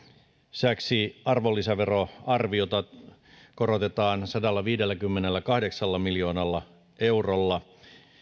lisäksi arvonlisäveroarviota korotetaan sadallaviidelläkymmenelläkahdeksalla miljoonalla eurolla